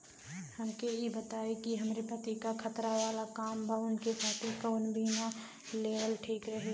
हमके ई बताईं कि हमरे पति क खतरा वाला काम बा ऊनके खातिर कवन बीमा लेवल ठीक रही?